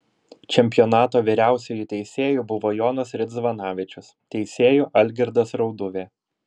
čempionato vyriausiuoju teisėju buvo jonas ridzvanavičius teisėju algirdas rauduvė